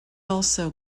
also